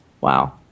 Wow